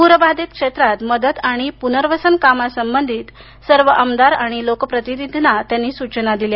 पुर बाधित क्षेत्रातमदत आणि पुनर्वसन कामा संबंधीत सर्व आमदार आणि लोक प्रतिनिधींना सूचना दिल्या